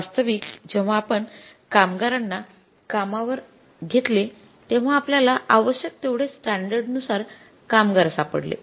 वास्तविक जेव्हा आपण कामगारांना कामावर घेतले तेव्हा आपल्याला आवश्यक तेवढे स्टैंडर्ड नुसार कामगार सापडले